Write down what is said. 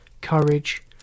courage